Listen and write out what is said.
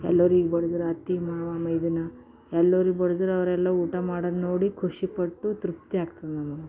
ಎಲ್ಲರಿಗೆ ಬರ್ದುರ ಅತ್ತೆ ಮಾವ ಮೈದುನ ಎಲ್ಲರೂ ಬರ್ದುರ ಅವರೆಲ್ಲ ಊಟ ಮಾಡೋದು ನೋಡಿ ಖುಷಿಪಟ್ಟು ತೃಪ್ತಿ ಆಗ್ತದೆ ನಂಗೆ